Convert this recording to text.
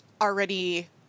already